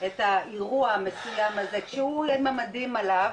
את האירוע המסוים הזה כשהוא עם המדים עליו